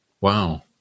wow